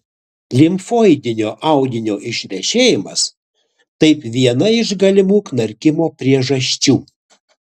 limfoidinio audinio išvešėjimas taip viena iš galimų knarkimo priežasčių